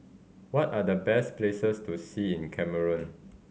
what are the best places to see in Cameroon